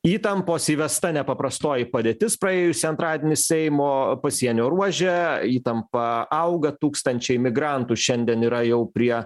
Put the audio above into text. įtampos įvesta nepaprastoji padėtis praėjusį antradienį seimo pasienio ruože įtampa auga tūkstančiai migrantų šiandien yra jau prie